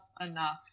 enough